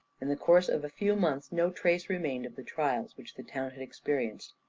in the course of a few months no trace remained of the trials which the town had experienced,